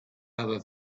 other